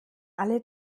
alle